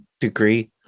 degree